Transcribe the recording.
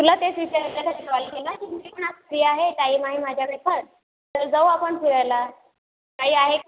तुला तेच विचारण्यासाठी कॉल केला की मी पण आज फ्री आहे टाईम आहे माझ्याकडे पण तर जाऊ आपण फिरायला काही आहे